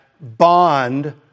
bond